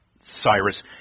Cyrus